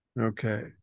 Okay